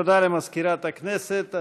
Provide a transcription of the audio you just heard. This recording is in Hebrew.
תודה למזכירת הכנסת.